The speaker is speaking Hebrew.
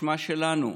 אשמה שלנו.